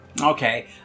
Okay